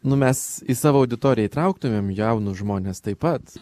nu mes į savo auditoriją įtrauktumėm jaunus žmones taip pat